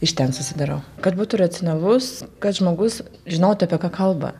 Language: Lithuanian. iš ten susidarau kad būtų racionalus kad žmogus žinotų apie ką kalba